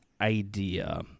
Idea